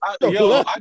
Yo